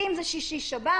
אם זה שישי שבת,